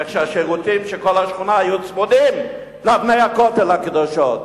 איך שהשירותים של כל השכונה היו צמודים לאבני הכותל הקדושות.